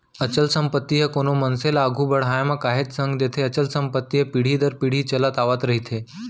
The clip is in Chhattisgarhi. अचल संपत्ति ह कोनो मनसे ल आघू बड़हाय म काहेच संग देथे अचल संपत्ति ह पीढ़ी दर पीढ़ी चले आवत रहिथे